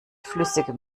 flüssigem